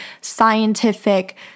scientific